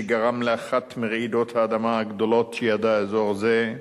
שגרם לאחת מרעידות האדמה הגדולות שידע אזור זה.